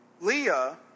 Leah